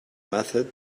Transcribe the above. method